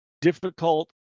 difficult